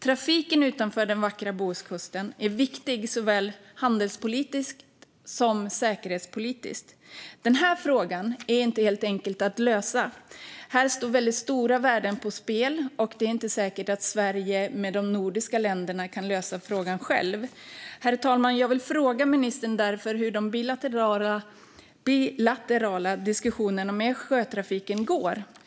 Trafiken utanför den vackra Bohuskusten är viktig såväl handelspolitiskt som säkerhetspolitiskt. Denna fråga är inte helt enkel att lösa. Här står väldigt stora värden på spel, och det är inte säkert att Sverige tillsammans med de nordiska länderna kan lösa frågan själva. Herr talman! Jag vill därför fråga ministern hur de bilaterala diskussionerna med sjötrafiken går.